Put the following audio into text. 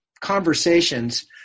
conversations